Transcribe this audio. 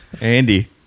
Andy